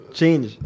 change